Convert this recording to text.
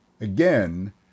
again